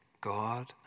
God